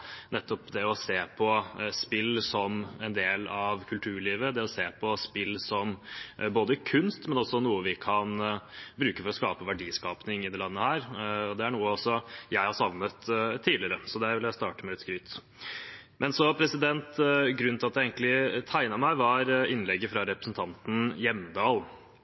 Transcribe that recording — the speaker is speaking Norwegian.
det å se på spill som en del av kulturlivet, det å se på spill som kunst, men også som noe vi kan bruke for å få til verdiskaping i dette landet. Det er noe også jeg har savnet tidligere. Så der vil jeg starte med litt skryt. Men grunnen til at jeg egentlig tegnet meg, var innlegget fra representanten Hjemdal.